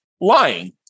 lying